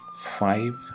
five